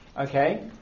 Okay